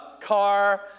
car